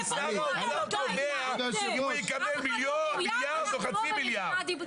כי שר האוצר קובע אם הם יקבלו מיליארד או חצי מיליארד.